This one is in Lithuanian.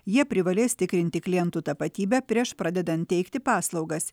jie privalės tikrinti klientų tapatybę prieš pradedant teikti paslaugas